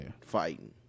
fighting